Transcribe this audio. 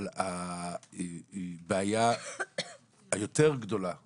על הבעיה היותר גדולה שיש.